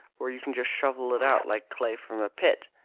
where you can just shovel it out like clay from a pit.